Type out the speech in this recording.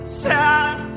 sad